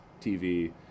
TV